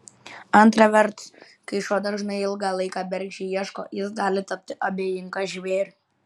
antra vertus kai šuo dažnai ilgą laiką bergždžiai ieško jis gali tapti abejingas žvėriui